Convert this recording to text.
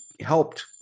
helped